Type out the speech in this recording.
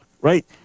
right